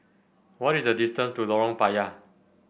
what is the distance to Lorong Payah